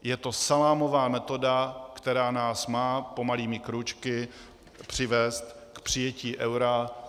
Je to salámová metoda, která nás má pomalými krůčky přivést k přijetí eura.